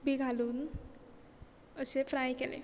बी घालून अशे फ्राय केले